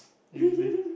usually